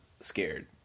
scared